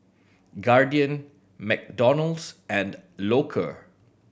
Guardian McDonald's and Loacker